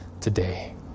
today